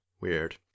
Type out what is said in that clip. weird